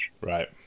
right